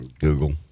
Google